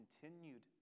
continued